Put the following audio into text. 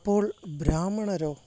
അപ്പോൾ ബ്രാഹ്മണരോ